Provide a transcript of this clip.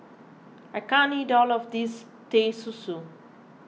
I can't eat all of this Teh Susu